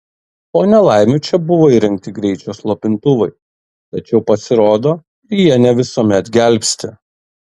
po nelaimių čia buvo įrengti greičio slopintuvai tačiau pasirodo ir jie ne visuomet gelbsti